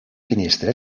finestra